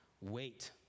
wait